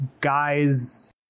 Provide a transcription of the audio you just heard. guys